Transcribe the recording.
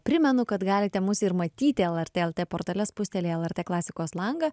primenu kad galite mus ir matyti lrt portale spustelėję lrt klasikos langą